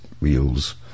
wheels